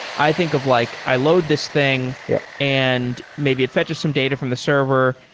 i think of like i load this thing yeah and maybe it fetches some data from the server,